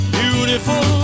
beautiful